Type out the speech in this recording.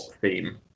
theme